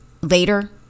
later